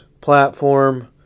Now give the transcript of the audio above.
platform